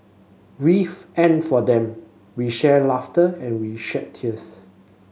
with and for them we shared laughter and we shed tears